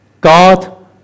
God